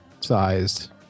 sized